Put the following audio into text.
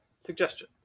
Suggestion